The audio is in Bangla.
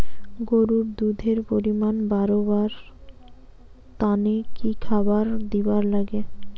গরুর দুধ এর পরিমাণ বারেবার তানে কি খাবার দিবার লাগবে?